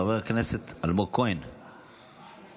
חבר הכנסת אלמוג כהן, בבקשה.